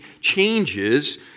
changes